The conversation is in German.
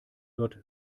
wird